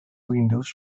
windows